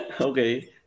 Okay